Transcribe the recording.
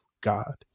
God